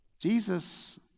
Jesus